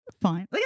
Fine